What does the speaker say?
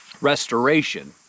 restoration